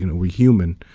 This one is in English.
you know we're human.